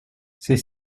c’est